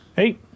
hey